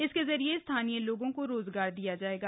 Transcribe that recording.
इसके जरिए स्थानीय लोगों को रोजगार दिया जाएगा